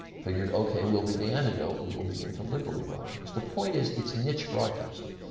figured, ok we'll be the antidote. we will begin to liberally broadcast. the point is, it's niche broadcasting.